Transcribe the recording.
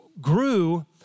grew